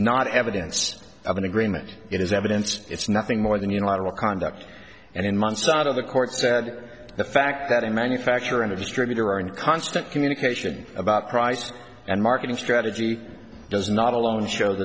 not evidence of an agreement it is evidence it's nothing more than unilateral conduct and in months out of the court said the fact that a manufacturer and a distributor are in constant communication about prices and marketing strategy does not alone show